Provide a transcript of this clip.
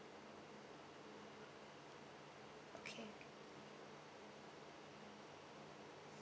okay